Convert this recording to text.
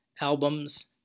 albums